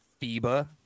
FIBA